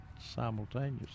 simultaneously